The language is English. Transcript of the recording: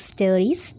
Stories